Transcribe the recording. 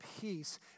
peace